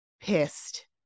pissed